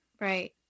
Right